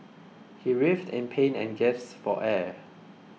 he writhed in pain and gasped for air